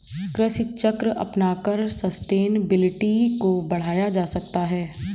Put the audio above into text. कृषि चक्र अपनाकर सस्टेनेबिलिटी को बढ़ाया जा सकता है